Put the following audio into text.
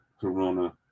Corona